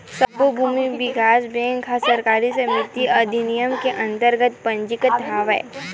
सब्बो भूमि बिकास बेंक ह सहकारी समिति अधिनियम के अंतरगत पंजीकृत हवय